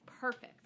perfect